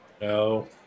No